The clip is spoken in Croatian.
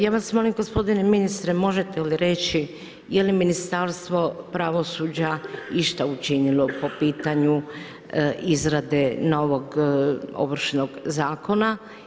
Ja vas molim gospodine ministre možete li reći je li Ministarstvo pravosuđa išta učinilo po pitanju izrade novog Ovršnog zakona?